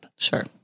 Sure